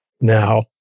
now